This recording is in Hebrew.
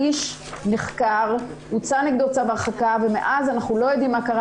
האיש נחקר הוצא נגדו צו הרחקה ומאז אנחנו לא יודעים מה קרה